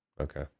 okay